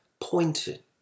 pointed